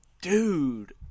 Dude